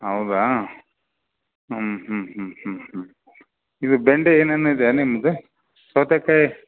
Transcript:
ಹೌದಾ ಹ್ಞೂ ಹ್ಞೂ ಹ್ಞೂ ಹ್ಞೂ ಹ್ಞೂ ಇದು ಬೆಂಡೆ ಏನೇನಿದೆ ನಿಮ್ದು ಸೌತೆಕಾಯಿ